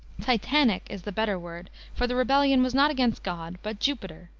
titanic is the better word, for the rebellion was not against god, but jupiter,